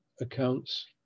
accounts